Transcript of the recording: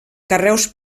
carreus